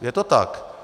Je to tak.